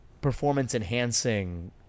performance-enhancing